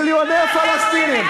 מיליוני פלסטינים,